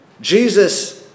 Jesus